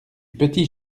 petit